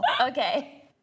Okay